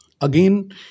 again